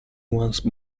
once